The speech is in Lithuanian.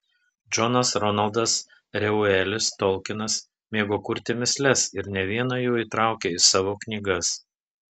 džonas ronaldas reuelis tolkinas mėgo kurti mįsles ir ne vieną jų įtraukė į savo knygas